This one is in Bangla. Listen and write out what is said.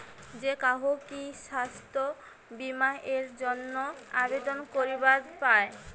যে কাহো কি স্বাস্থ্য বীমা এর জইন্যে আবেদন করিবার পায়?